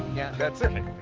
yeah that's um it.